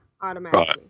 automatically